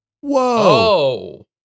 Whoa